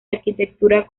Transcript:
arquitectura